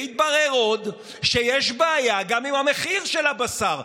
והתברר עוד שיש בעיה עם המחיר של הבשר.